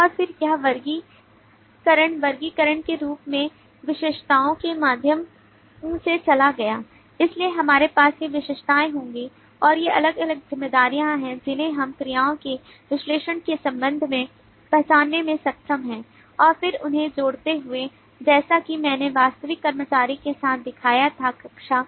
और फिर यह वर्गीकरण वर्गीकरण के रूप में विशेषताओं के माध्यम से चला गया इसलिए हमारे पास ये विशेषताएं होंगी और ये अलग अलग जिम्मेदारियां हैं जिन्हें हम क्रियाओं के विश्लेषण के संदर्भ में पहचानने में सक्षम हैं और फिर उन्हें जोड़ते हुए जैसा कि मैंने वास्तविक कर्मचारी के साथ दिखाया था कक्षा